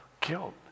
guilt